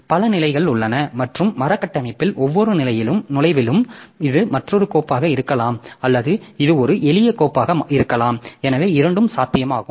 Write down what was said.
பல நிலைகள் உள்ளன மற்றும் மர கட்டமைப்பில் ஒவ்வொரு நுழைவிலும் இது மற்றொரு கோப்பகமாக இருக்கலாம் அல்லது இது ஒரு எளிய கோப்பாக இருக்கலாம் எனவே இரண்டும் சாத்தியமாகும்